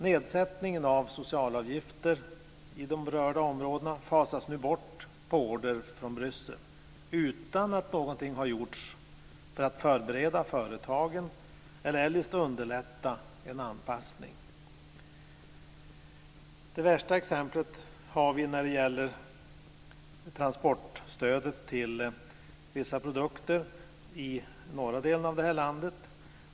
Nedsättningen av socialavgifter i de berörda områdena fasas nu bort på order från Bryssel - utan att någonting har gjorts för att förbereda företagen eller eljest underlätta en anpassning. Det värsta exemplet har vi när det gäller transportstödet till vissa produkter i norra delen av det här landet.